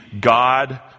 God